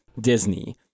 Disney